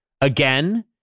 Again